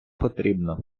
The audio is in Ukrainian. потрібно